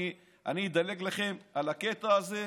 אני אדלג לכם על הקטע הזה.